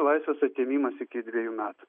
laisvės atėmimas iki dvejų metų